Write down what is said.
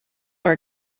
are